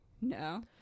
No